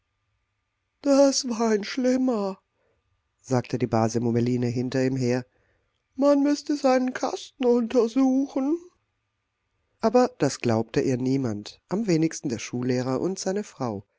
das war ein schlimmer sagte die base mummeline hinter ihm her man müßte seinen kasten untersuchen aber das glaubte ihr niemand am wenigsten der schullehrer und seine frau